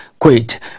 quit